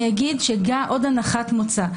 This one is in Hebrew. אני אומר עוד הנחת מוצא.